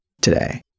today